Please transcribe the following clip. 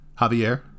Javier